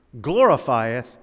glorifieth